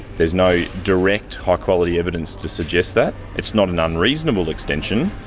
there is no direct high quality evidence to suggest that. it's not an unreasonable extension,